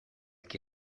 qui